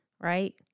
right